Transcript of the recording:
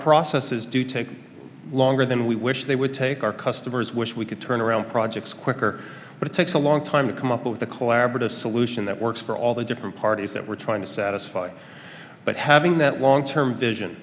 processes do take longer than we wish they would take our customers wish we could turn around projects quicker but it takes a long time to come up with a collaborative solution that works for all the different parties that we're trying to satisfy but having that long term vision